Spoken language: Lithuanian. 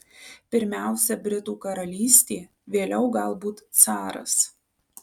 pirmiausia britų karalystė vėliau galbūt caras